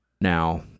Now